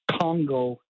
Congo